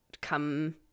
come